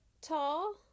tall